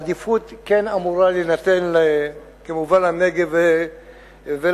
עדיפות כן אמורה להינתן כמובן לנגב ולתושביו,